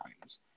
times